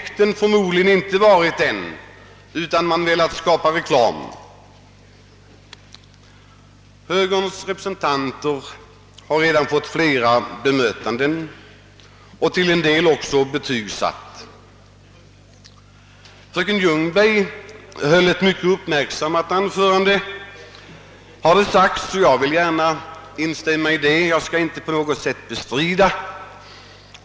Det har förmodligen inte varit folkpartiets avsikt, utan man har velat göra reklam för sig. Högerpartiets representanter har redan fått flera bemötanden. Fröken Ljungberg höll ett mycket uppmärksammat anförande, har det sagts, och jag vill gärna instämma i det omdömet.